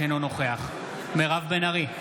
אינו נוכח מירב בן ארי,